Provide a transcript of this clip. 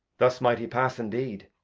thus might he pass indeed,